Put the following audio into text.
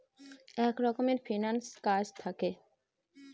এক রকমের ফিন্যান্স কাজ থাকে